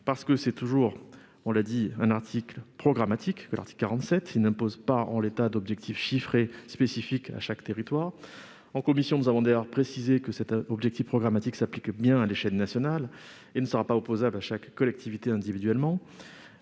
raisons. D'une part, l'article 47 est programmatique ; il n'impose pas, en l'état, d'objectif chiffré spécifique à chaque territoire. La commission a d'ailleurs précisé que cet objectif programmatique s'applique bien à l'échelle nationale et ne sera pas opposable à chaque collectivité individuellement.